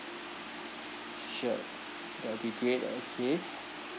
sure that will be great okay